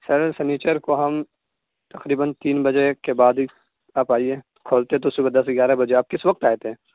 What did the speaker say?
سر سنیچر کو ہم تقریباً تین بجے کے بعد ہی آپ آئیے کھولتے تو صبح دس گیارہ بجے آپ کس وقت آئے تھے